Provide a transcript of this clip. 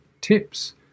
tips